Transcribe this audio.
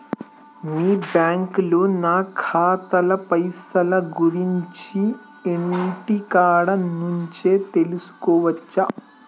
మీ బ్యాంకులో నా ఖాతాల పైసల గురించి ఇంటికాడ నుంచే తెలుసుకోవచ్చా?